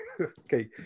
Okay